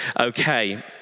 okay